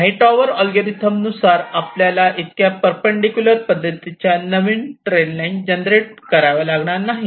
Hightower Hightower's algorithm नुसार आपल्याला इतक्या परपेंडिकुलर पद्धतीच्या नवीन ट्रेल लाईन जनरेट कराव्या लागणार नाहीत